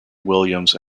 williams